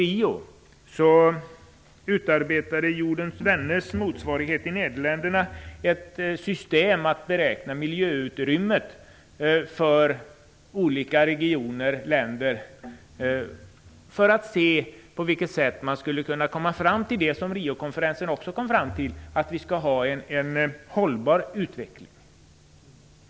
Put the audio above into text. Inför FN Jordens Vänners holländska motsvarighet ett system för att beräkna miljöutrymmet för olika regioner/länder för att se hur man skulle kunna komma fram till det som Riokonferensen kom fram till: att vi skall ha en hållbar utveckling.